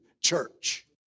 church